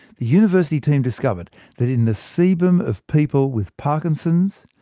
the university team discovered that in the sebum of people with parkinson's,